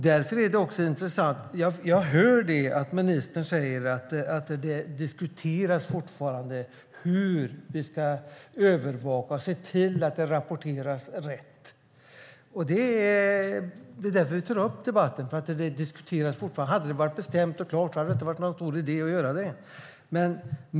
Det är också intressant att ministern säger att det fortfarande diskuteras hur vi ska övervaka och se till att det rapporteras rätt. Vi tar upp debatten eftersom det fortfarande diskuteras. Om det hade varit bestämt och klart hade det inte varit någon större idé att göra det.